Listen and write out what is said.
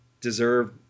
deserve